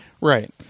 Right